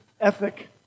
ethic